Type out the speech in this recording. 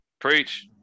Preach